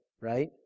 right